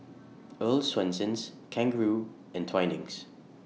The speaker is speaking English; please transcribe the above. Earl's Swensens Kangaroo and Twinings